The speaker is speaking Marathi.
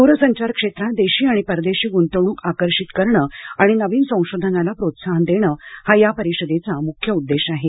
दूरसंचार क्षेत्रात देशी आणि परदेशी गुंतवणूक आकर्षित करणं आणि नवीन संशोधनाला प्रोत्साहन देणं हा या परिषदेचा मुख्य उद्देश आहे